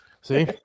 See